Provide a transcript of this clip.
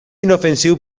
inofensiu